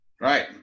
Right